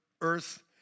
Earth